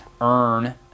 earn